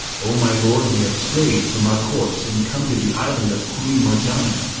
o my lord, we have strayed from our course and come to the island of queen marjanah,